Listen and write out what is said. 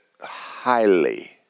highly